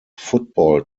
football